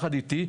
יחד איתי.